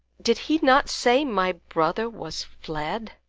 did he not say my brother was fled?